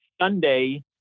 Sunday